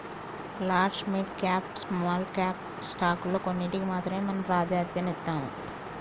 large, mid cap, small cap స్టాకుల్లో కొన్నిటికి మాత్రమే మనం ప్రాధన్యతనిత్తాం